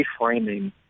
reframing